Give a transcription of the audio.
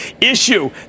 issue